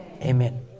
Amen